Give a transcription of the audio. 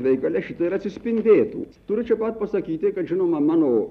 veikale šitai ir atsispindėtų turiu čia pat pasakyti kad žinoma mano